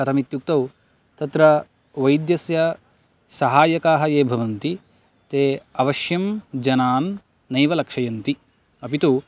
कथम् इत्युक्तौ तत्र वैद्यस्य सहायकाः ये भवन्ति ते अवश्यं जनान् नैव लक्षयन्ति अपि तु